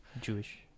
Jewish